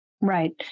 Right